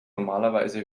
normalerweise